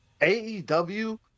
AEW